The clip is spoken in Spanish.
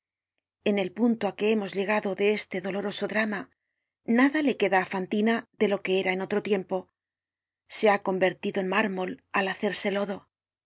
en el punto á que hemos llegado de este doloroso drama nada le queda á fantina de lo que era en otro tiempo se ha convertido en mármol al hacerse lodo